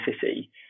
City